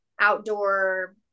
outdoor